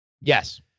Yes